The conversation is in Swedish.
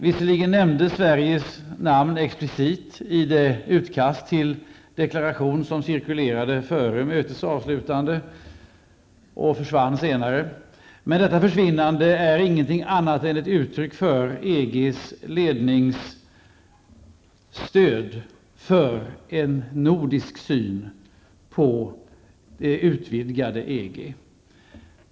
Visserligen nämndes Sveriges namn explicit i det utkast till deklaration som cirkulerade före mötets avslutande och som senare försvann. Detta försvinnande är ingenting annat än uttryck för EG-ledningens stöd för en nordisk syn på det utvidgade EG.